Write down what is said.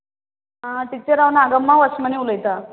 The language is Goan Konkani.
आं टिचर हांव नागम्मा वसमणी उलयतां